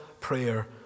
prayer